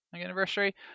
anniversary